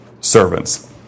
servants